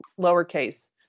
lowercase